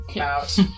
out